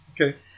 okay